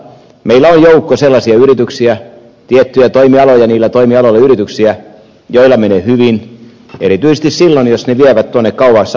meillä on joukko sellaisia yrityksiä tiettyjä toimialoja ja niillä toimialoilla yrityksiä joilla menee hyvin erityisesti silloin jos ne vievät tuonne kauas aasiaan